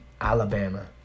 Alabama